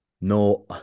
no